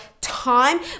time